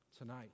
tonight